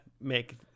make